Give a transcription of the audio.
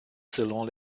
selon